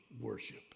worship